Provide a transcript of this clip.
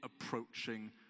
approaching